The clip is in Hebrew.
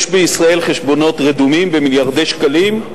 יש בישראל חשבונות רדומים במיליארדי שקלים.